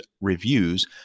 reviews